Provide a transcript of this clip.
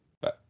Bye